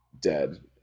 dead